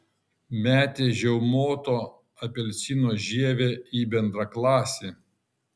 metė žiaumoto apelsino žievę į bendraklasį